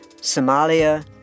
Somalia